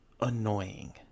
annoying